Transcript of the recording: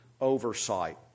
oversight